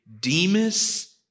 Demas